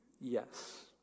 Yes